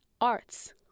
arts